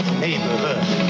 neighborhood